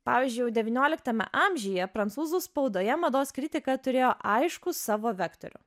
pavyzdžiui jau devynioliktame amžiuje prancūzų spaudoje mados kritika turėjo aiškų savo vektorių